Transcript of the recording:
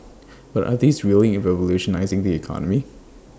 but are these really revolutionising the economy